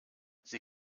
sie